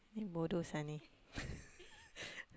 ini bodoh sia ini